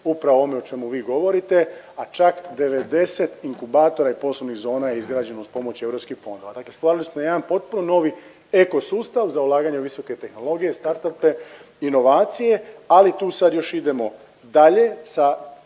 upravo onome o čemu vi govorite, a čak 90 inkubatora i poslovnih zona je izgrađeno uz pomoć europskih fondova, dakle stvorili smo jedan potpuno novi eko sustav za ulaganje u visoke tehnologije, startupove, inovacije, ali tu sad još idemo dalje sa